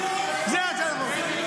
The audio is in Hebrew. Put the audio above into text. זו הצעת החוק.